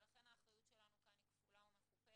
ולכן האחריות שלנו כאן היא כפולה ומכופלת.